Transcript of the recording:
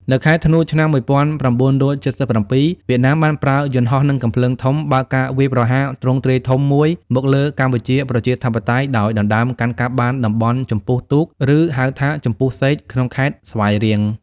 នៅខែធ្នូ ឆ្នាំ ១៩៧៧ វៀតណាមបានប្រើយន្តហោះ និងកាំភ្លើងធំបើកការវាយប្រហារទ្រង់ទ្រាយធំមួយមកលើកម្ពុជាប្រជាធិបតេយ្យ ដោយដណ្តើមកាន់កាប់បានតំបន់ចំពុះទូក ឬ ហៅថា ចំពុះសេក ក្នុងខេត្តស្វាយរៀង។